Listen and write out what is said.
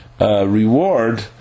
reward